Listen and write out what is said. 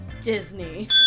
Disney